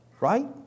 right